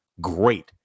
great